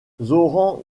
zoran